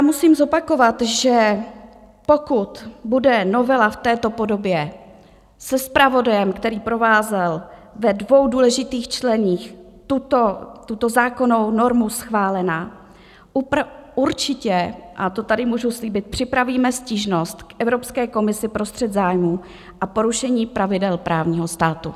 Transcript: Musím zopakovat, že pokud bude novela v této podobě, se zpravodajem, který provázel ve dvou důležitých čteních tuto zákonnou normu, schválena, určitě, a to tady můžu slíbit, připravíme stížnost k Evropské komisi pro střet zájmů a porušení pravidel právního státu.